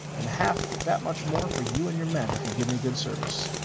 and half that much more for you and your men if you give me good service.